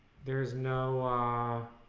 theres no law